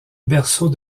berceau